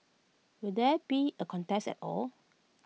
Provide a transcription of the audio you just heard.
will there be A contest at all